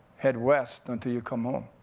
head west, until you come home.